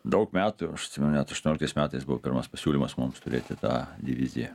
daug metų ir aš atsimenu net aštuonioliktais metais buvo pirmas pasiūlymas mums turėti tą diviziją